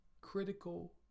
critical